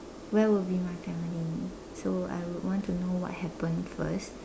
where will be my family so I would want to know what happened first